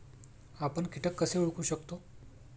आपण कीटक कसे ओळखू शकतो?